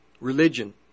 religion